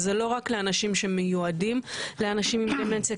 וזה לא רק לאנשים שמיועדים לאנשים עם דמנציה,